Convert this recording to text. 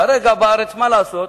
כרגע, בארץ, מה לעשות,